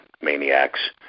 maniacs